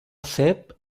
cep